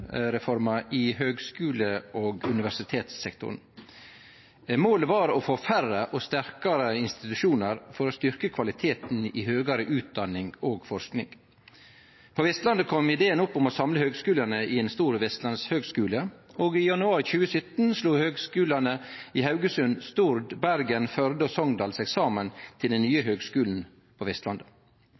høgskule- og universitetssektoren. Målet var å få færre og sterkare institusjonar for å styrkje kvaliteten i høgare utdanning og forsking. På Vestlandet kom ideen opp om å samle høgskulane i ein stor vestlandshøgskule, og i januar 2017 slo høgskulane i Haugesund, Stord, Bergen, Førde og Sogndal seg saman til den nye Høgskulen på Vestlandet. HVL har blitt ein stor suksess for nærings- og samfunnslivet på Vestlandet,